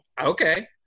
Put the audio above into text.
okay